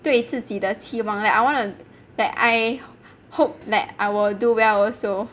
对自己的期望 like I want to like I hope that I will do well also